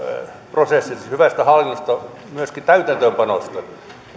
prosessista hyvästä hallinnosta ja myöskin täytäntöönpanosta